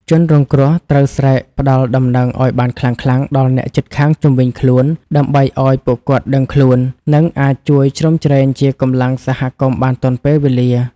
ជនរងគ្រោះត្រូវស្រែកផ្ដល់ដំណឹងឱ្យបានខ្លាំងៗដល់អ្នកជិតខាងជុំវិញខ្លួន ដើម្បីឱ្យពួកគាត់ដឹងខ្លួន និងអាចជួយជ្រោមជ្រែងជាកម្លាំងសហគមន៍បានទាន់ពេលវេលា។